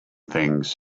things